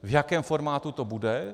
V jakém formátu to bude?